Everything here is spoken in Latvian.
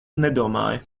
nedomāju